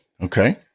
Okay